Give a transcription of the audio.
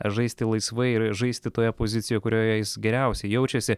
žaisti laisvai ir žaisti toje pozicijoje kurioje jis geriausiai jaučiasi